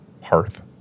hearth